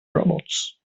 robots